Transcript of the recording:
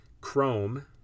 Chrome